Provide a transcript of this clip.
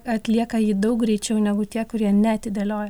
atlieka jį daug greičiau negu tie kurie neatidėlioja